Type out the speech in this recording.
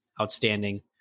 outstanding